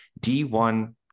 D1